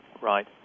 Right